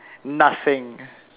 nothing